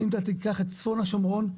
אם תיקח את צפון השומרון,